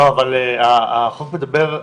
החוק מדבר,